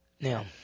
Now